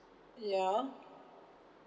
ya